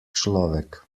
človek